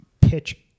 pitch